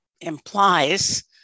implies